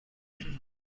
میدهند